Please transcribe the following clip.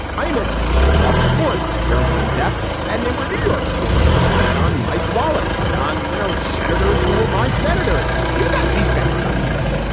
i miss talk sports fairly in-depth, and they were new york sports he had on mike wallace. he had on, you know, senators who were my senators. he was on c-span, for god's sake.